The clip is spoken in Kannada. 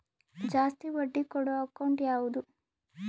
ಜಾಸ್ತಿ ಬಡ್ಡಿ ಕೊಡೋ ಅಕೌಂಟ್ ಯಾವುದು?